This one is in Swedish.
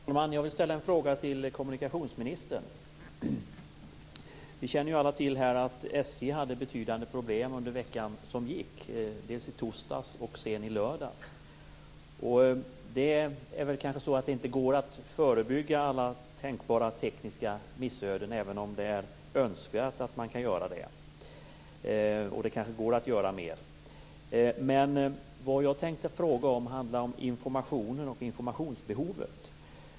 Herr talman! Jag vill ställa en fråga till kommunikationsministern. Vi känner alla till att SJ hade betydande problem under veckan som gick - dels i torsdags, dels i lördags. Det går kanske inte att förebygga alla tänkbara tekniska missöden, även om det skulle vara önskvärt. Det kanske också går att göra mer. Min fråga handlar om informationen och informationsbehovet.